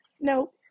Nope